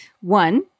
One